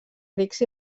rics